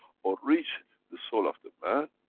or reach the soul of the man,